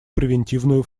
превентивную